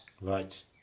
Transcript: Right